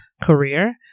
career